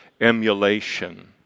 emulation